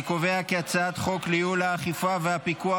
אני קובע כי הצעת חוק ייעול האכיפה והפיקוח